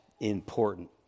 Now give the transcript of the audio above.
important